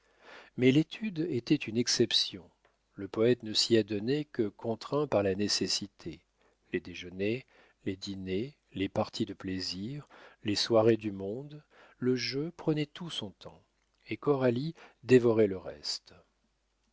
mais l'étude était une exception le poète ne s'y adonnait que contraint par la nécessité les déjeuners les dîners les parties de plaisir les soirées du monde le jeu prenaient tout son temps et coralie dévorait le reste